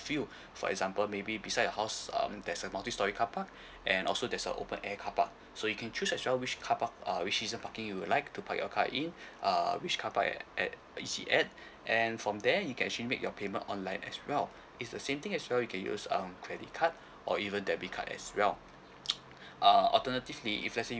a few for example maybe beside your house um there's a multi storey car park and also there's a open air car park so you can choose as well which car park uh which season parking you would like to park your car in err which car park at at you see at and from there you can actually make your payment online as well it's the same thing as well you can use um credit card or even debit card as well uh alternatively if let say